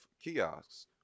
kiosks